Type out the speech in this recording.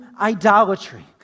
idolatry